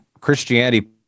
Christianity